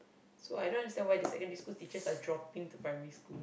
so I don't understand why the secondary school teachers are dropping to Primary School